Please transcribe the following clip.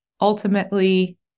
ultimately